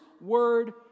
word